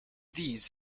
these